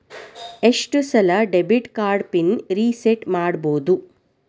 ಎಷ್ಟ ಸಲ debit card PIN reset ಮಾಡಬೋದು